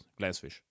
Glassfish